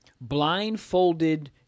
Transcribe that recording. Blindfolded